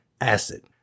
acid